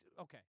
okay